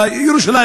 בירושלים,